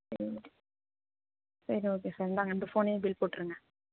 சரி ஓகே சரி ஓகே சரி இந்தாங்க இந்த ஃபோனையே பில் போட்டிருங்க